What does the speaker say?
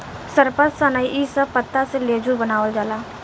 सरपत, सनई इ सब पत्ता से लेजुर बनावाल जाला